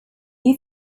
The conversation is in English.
you